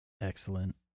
Excellent